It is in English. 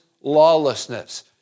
lawlessness